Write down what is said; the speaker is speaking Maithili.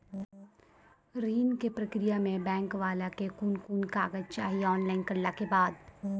ऋण के प्रक्रिया मे बैंक वाला के कुन कुन कागज चाही, ऑनलाइन करला के बाद?